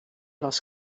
was